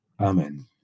Amen